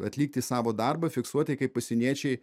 atlikti savo darbą fiksuoti kaip pasieniečiai